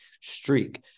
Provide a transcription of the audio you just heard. streak